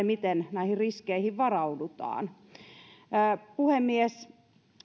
miten näihin riskeihin varaudutaan puhemies